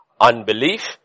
unbelief